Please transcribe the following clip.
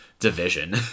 division